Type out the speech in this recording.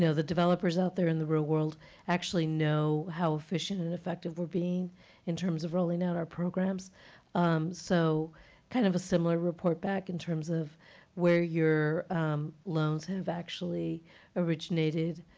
the developers out there in the real world actually know how efficient and effective we're being in terms of rolling out our programs um so kind of a similar report back in terms of where your loans have actually originated,